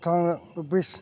ꯈꯨꯠꯊꯥꯡꯗ ꯔꯨꯄꯤꯁ